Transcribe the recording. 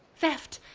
theft,